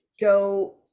go